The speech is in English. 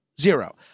Zero